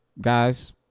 guys